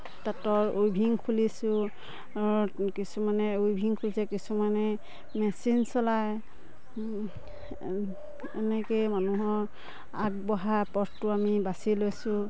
তাঁতৰ উইভিং খুলিছোঁ কিছুমানে উইভিং খুলিছে কিছুমানে মেচিন চলায় এনেকৈ মানুহৰ আগবঢ়া পথটো আমি বাচি লৈছোঁ